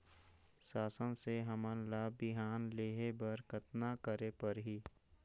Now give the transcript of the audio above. शासन से हमन ला बिहान लेहे बर कतना करे परही?